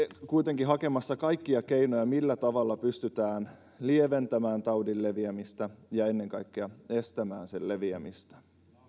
kuitenkin hakemassa kaikkia keinoja millä tavalla pystytään lieventämään taudin leviämistä ja ennen kaikkea estämään sen leviämistä